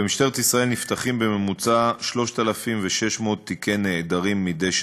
במשטרת ישראל נפתחים בממוצע 3,600 תיקי נעדרים מדי שנה.